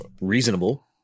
reasonable